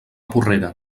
porrera